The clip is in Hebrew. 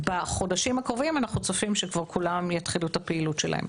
בחודשים הקרובים אנחנו צופים שכולם כבר יתחילו את הפעילות שלהם.